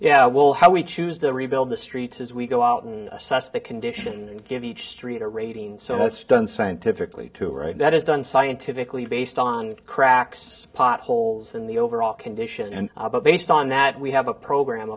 yeah well how we choose to rebuild the streets is we go out and assess the condition and give each street a rating so it's done scientifically to right that is done scientifically based on cracks potholes in the overall condition and based on that we have a program